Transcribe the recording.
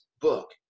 book